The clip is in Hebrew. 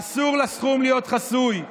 אסור לסכום להיות חסוי.